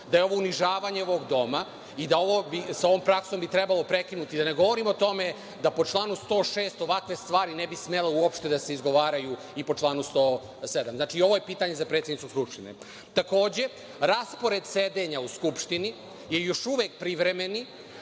da je ovo unižavanje ovog doma i da bi sa ovom praksom trebalo prekinuti i da ne govorimo o tome da po članu 106. ovakve stvari ne bi smele uopšte da se izgovaraju, i po članu 107. Znači, ovo je pitanje za predsednicu Skupštine. **Saša Radulović** Takođe, raspored sedenja u Skupštini je još uvek privremeni.